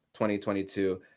2022